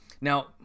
Now